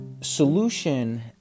solution